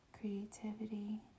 creativity